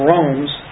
Rome's